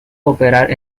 operar